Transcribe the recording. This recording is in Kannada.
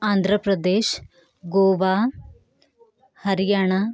ಆಂಧ್ರ ಪ್ರದೇಶ್ ಗೋವಾ ಹರಿಯಾಣ